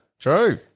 True